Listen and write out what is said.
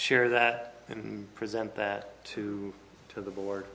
share that and present that to to the board